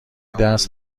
درس